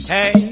Hey